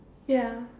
ya